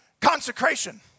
consecration